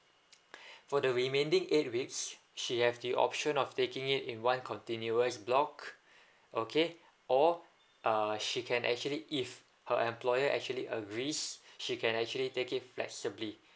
for the remaining eight weeks she have the option of taking it in one continuous block okay or err she can actually if her employer actually agrees she can actually take it flexibly